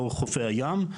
לאורך חופי הים.